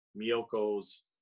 Miyoko's